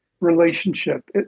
relationship